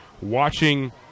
watching